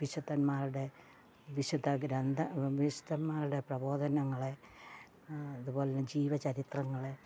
വിശുദ്ധന്മാരുടെ വിശുദ്ധ ഗ്രന്ഥ വിശുദ്ധന്മാരുടെ പ്രബോധനങ്ങൾ അതുപോലെത്തന്നെ ജീവചരിത്രങ്ങൾ